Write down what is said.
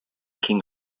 king